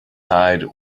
side